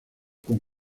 con